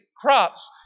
crops